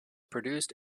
produced